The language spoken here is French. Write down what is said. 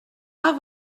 pas